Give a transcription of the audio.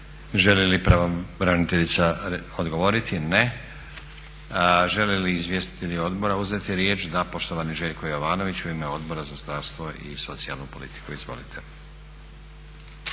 Želi li pravobraniteljica odgovoriti? Ne. Žele li izvjestitelji odbora uzeti riječ? Da. Poštovani Željko Jovanović, u ime Odbora za zdravstvo i socijalnu politiku. Izvolite.